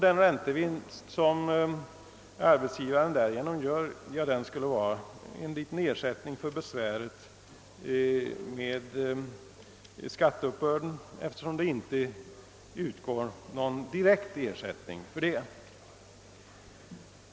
Den räntevinst som arbetsgivaren därigenom gör skall vara en liten ersättning för besväret med skatteuppbörden, eftersom någon direkt ersättning för det arbetet inte utgår.